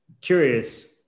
Curious